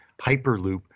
Hyperloop